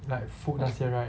like food 那些 right